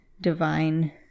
divine